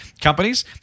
Companies